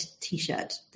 T-shirt